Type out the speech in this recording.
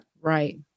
Right